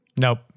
Nope